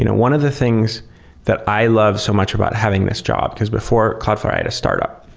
you know one of the things that i love so much about having this job, because before cloudflare, i had a startup,